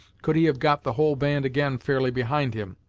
could he have got the whole band again fairly behind him.